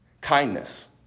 kindness